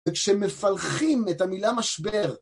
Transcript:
כשמפלחים את המילה משבר